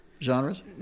genres